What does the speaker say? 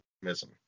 optimism